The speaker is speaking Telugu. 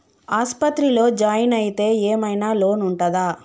ఆస్పత్రి లో జాయిన్ అయితే ఏం ఐనా లోన్ ఉంటదా?